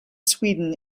sweden